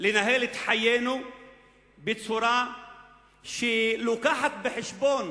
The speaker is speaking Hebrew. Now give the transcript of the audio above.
לנהל את חיינו בצורה שמביאה בחשבון